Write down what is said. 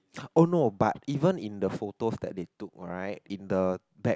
oh no but even in the photos that they took right in the back